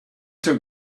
took